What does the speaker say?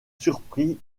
surpris